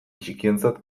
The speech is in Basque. txikientzat